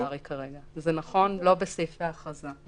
זה נכון, לא בסעיפי ההכרזה.